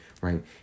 right